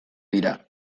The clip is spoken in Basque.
dira